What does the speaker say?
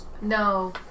No